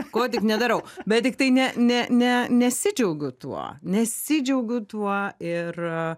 ko tik nedarau bet tiktai ne ne ne nesidžiaugiu tuo nesidžiaugiu tuo ir